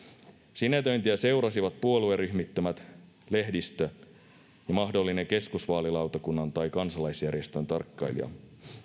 sinetöintiä seurasivat puolueryhmittymät lehdistö ja mahdollinen keskusvaalilautakunnan tai kansalaisjärjestön tarkkailija